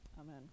amen